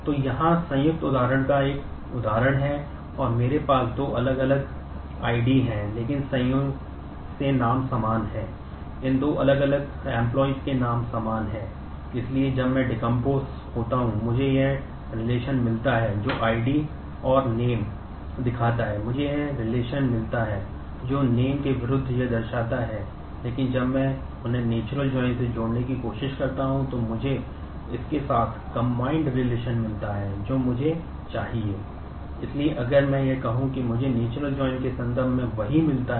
तो यहाँ संयुक्त उदाहरण का एक उदाहरण है और मेरे पास दो अलग अलग आईडी में नहीं है